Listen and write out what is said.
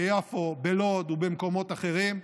ביפו, בלוד ובמקומות אחרים.